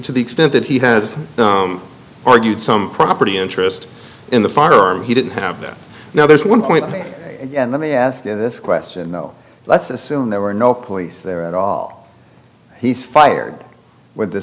to the extent that he has argued some property interest in the firearm he didn't have that now there's one point let me ask you this question though let's assume there were no police there at all he's fired with the